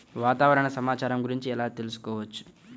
వాతావరణ సమాచారం గురించి ఎలా తెలుసుకోవచ్చు?